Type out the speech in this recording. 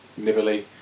Nibbly